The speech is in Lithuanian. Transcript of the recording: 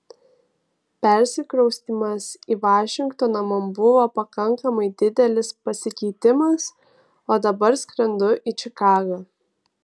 persikraustymas į vašingtoną man buvo pakankamai didelis pasikeitimas o dabar skrendu į čikagą